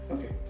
Okay